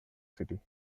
city